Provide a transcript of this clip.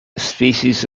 species